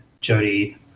jody